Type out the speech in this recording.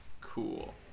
Cool